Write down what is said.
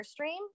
airstream